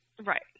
right